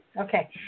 Okay